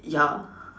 ya